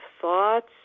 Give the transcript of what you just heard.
thoughts